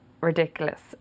ridiculous